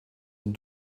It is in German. und